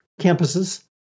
campuses